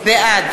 בעד